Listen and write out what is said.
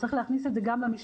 צריך להכניס את זה גם למשוואה.